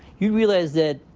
you realize that,